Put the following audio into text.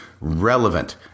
relevant